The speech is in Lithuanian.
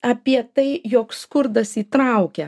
apie tai jog skurdas įtraukia